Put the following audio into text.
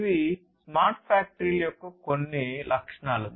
ఇవి స్మార్ట్ ఫ్యాక్టరీల యొక్క కొన్ని లక్షణాలు